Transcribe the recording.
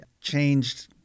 changed